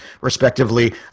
respectively